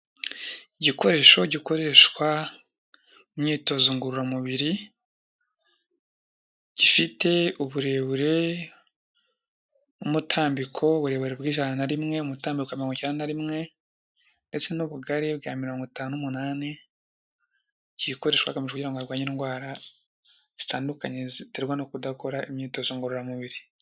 Igikoresho gikoreshwa mu myitozo ngorora mubiri gifite uburebure n'umutambiko w'uburebure bw'ijana na rimwe umutambiko mirongo icyenda na rimwe ndetse n'ubugari bwa mirongo itanu n'umunani gikoreshwa mu kugira ngo barwanye indwara zitandukanye ziterwa no kudakora imyitozo ngorora mubiri.